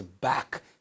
back